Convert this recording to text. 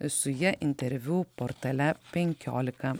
su ja interviu portale penkiolika